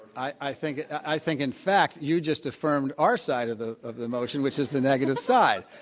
i think i think in fact you just affirmed our side of the of the motion which is the negative side.